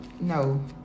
no